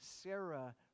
Sarah